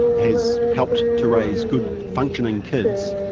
has helped to raise good functioning kids,